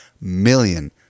million